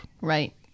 Right